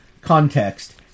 context